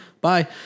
Bye